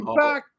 back